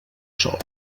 sol